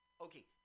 Okay